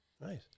Nice